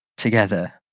Together